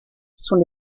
sont